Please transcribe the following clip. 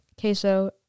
queso